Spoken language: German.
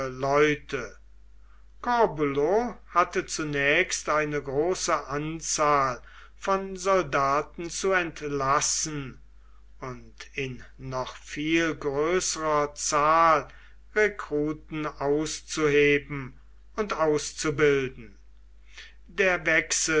hatte zunächst eine große anzahl von soldaten zu entlassen und in noch viel größerer zahl rekruten auszuheben und auszubilden der wechsel